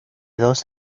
dos